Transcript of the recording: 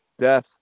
Death